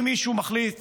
אם מישהו מחליט